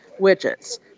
widgets